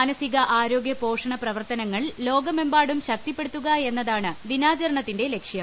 മാനസിക ആരോഗ്യ പോഷണ പ്രവർത്തനങ്ങൾ ലോകമെമ്പാടും ശക്തിപ്പെടുത്തുകയെന്നതാണ് ദിനാചരണത്തിന്റെ ലക്ഷ്യം